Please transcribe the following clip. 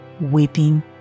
weeping